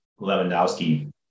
Lewandowski